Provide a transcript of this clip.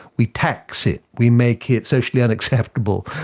we tax it, we make it socially unacceptable,